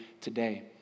today